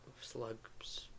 slugs